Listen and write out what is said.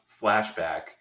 flashback